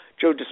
Joe